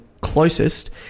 closest